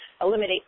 Eliminate